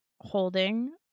holding